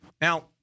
Now